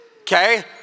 okay